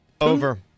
Over